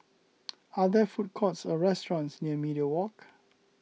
are there food courts or restaurants near Media Walk